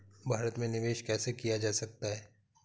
भारत में निवेश कैसे किया जा सकता है?